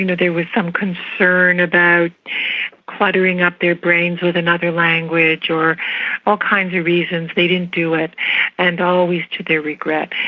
you know, there was some concern about cluttering up their brains with another language, or all kinds of reasons, they didn't do it and always to their regret.